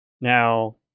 now